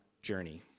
Journey